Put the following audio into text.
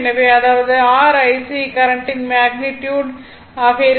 எனவே அதாவது r IC கரண்ட்டின் மேக்னிட்யுட் ஆக இருக்கும்